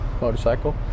motorcycle